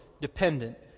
dependent